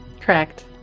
Correct